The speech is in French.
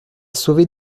sauvé